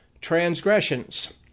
transgressions